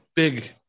Big